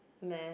math